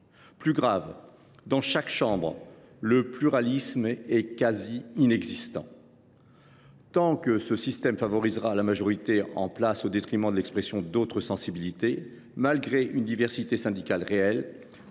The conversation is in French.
Plus grave, dans chaque chambre le pluralisme est quasi inexistant. Tant que ce système favorisera la majorité en place au détriment de l’expression d’autres sensibilités, malgré une diversité syndicale réelle,